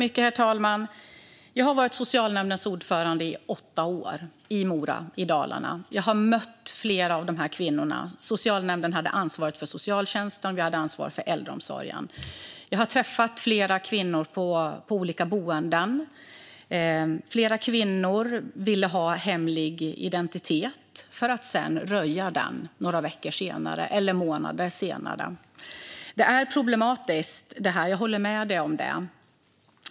Herr talman! Jag har varit socialnämndens ordförande i Mora i Dalarna i åtta år. Jag har mött flera av de här kvinnorna. Socialnämnden hade ansvaret för socialtjänsten och för äldreomsorgen. Jag har träffat flera kvinnor på olika boenden. Flera kvinnor ville ha hemlig identitet, för att sedan röja den några veckor eller månader senare. Jag håller med om att detta är problematiskt.